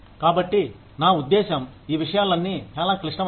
కాబట్టి నా ఉద్దేశ్యం ఈ విషయాలన్నీ చాలా క్లిష్టమైనవి